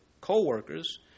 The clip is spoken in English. co-workers